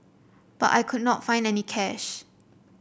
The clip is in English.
but I could not find any cash